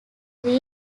three